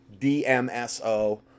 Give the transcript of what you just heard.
dmso